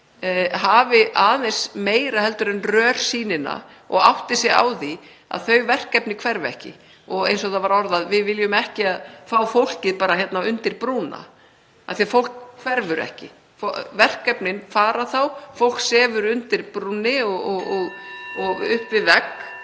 hafi aðeins meira en rörsýnina og átti sig á því að þau verkefni hverfa ekki. Eins og það var orðað: Við viljum ekki fá fólkið undir brúna. Af því að fólk hverfur ekki. Verkefnin fara þá, fólk sefur undir brúnni og (Forseti